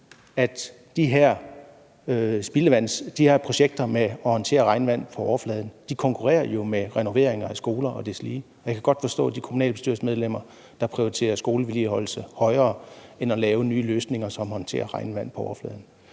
de her projekter med at håndtere regnvand, som bliver på overfladen, jo konkurrerer med renoveringer af skoler og deslige. Jeg kan godt forstå de kommunalbestyrelsesmedlemmer, der prioriterer skolevedligeholdelse højere end at lave nye løsninger, som håndterer regnvand på overfladen.